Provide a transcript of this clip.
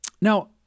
Now